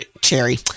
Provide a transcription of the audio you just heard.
cherry